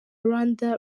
rwanda